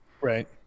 right